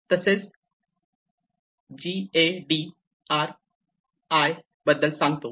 तसेच G A D R I बद्दल सांगतो